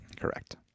Correct